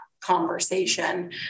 conversation